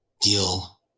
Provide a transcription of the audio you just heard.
deal